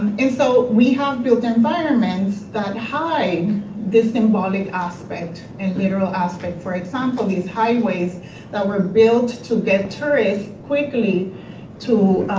and and so we have built environments that hide this symbolic aspect and literal aspect. for example, these highways that were built to get tourists quickly to,